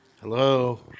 Hello